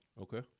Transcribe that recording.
Okay